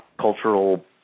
cultural